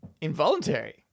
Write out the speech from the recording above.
Involuntary